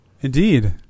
Indeed